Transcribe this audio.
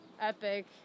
Epic